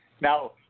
Now